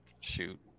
shoot